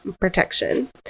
protection